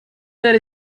that